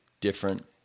different